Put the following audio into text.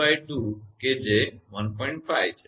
5 છે